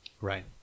Right